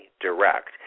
direct